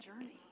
journey